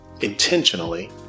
intentionally